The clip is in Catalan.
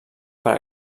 per